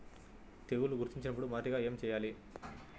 తెగుళ్లు గుర్తించినపుడు మొదటిగా ఏమి చేయాలి?